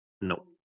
No